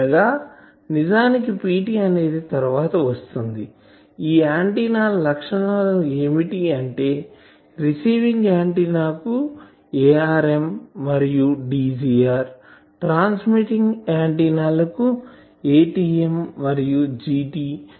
అనగా నిజానికి Pt అనేది తరువాత వస్తుంది ఈ ఆంటిన్నాల లక్షణాలు ఏమిటి అంటే రిసీవింగ్ ఆంటిన్నా కు Arm మరియు Dgr ట్రాన్స్మీట్టింగ్ ఆంటిన్నా కు Atm మరియు Dgt